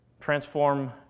Transform